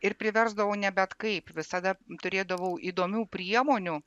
ir priversdavau ne bet kaip visada turėdavau įdomių priemonių